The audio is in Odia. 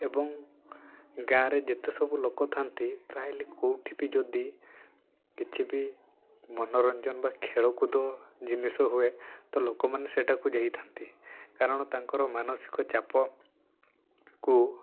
ଏବଂ ଗାଁରେ ଯେତେସବୁ ଲୋକ ଥାନ୍ତି ପ୍ରାୟଲି କେଉଁଠି ବି ଯଦି କିଛି ବି ମନୋରଞ୍ଜନ ବା ଖେଳକୁଦ ଜିନିଷ ହୁଏ ତ ଲୋକମାନେ ସେଇଟାକୁ ଯାଇଥାନ୍ତି କାରଣ ତାଙ୍କର ମାନସିକ ଚାପକୁ